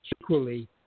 equally